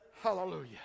Hallelujah